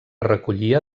recollia